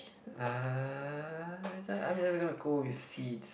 uh I mean that's gonna go with seeds